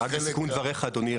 רק לסיכום דבריך אדוני,